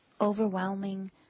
overwhelming